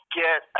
get